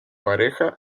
pareja